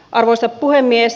arvoisa puhemies